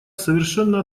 совершено